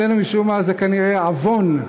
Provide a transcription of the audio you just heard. אצלנו משום מה זה כנראה עוון,